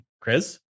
Chris